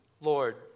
Lord